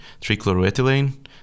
trichloroethylene